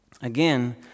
Again